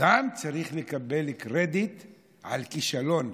גם צריך לקבל קרדיט על כישלון.